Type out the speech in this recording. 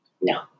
No